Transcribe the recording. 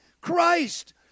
Christ